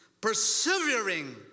persevering